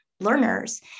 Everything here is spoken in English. learners